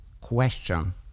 question